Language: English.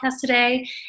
today